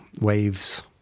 Waves